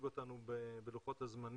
על סדר יומנו מחקר ופיתוח בתחום חיסון